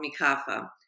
Mikafa